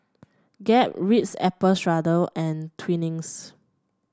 Gap Ritz Apple Strudel and Twinings